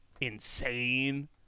insane